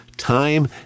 Time